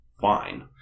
fine